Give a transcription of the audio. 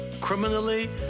criminally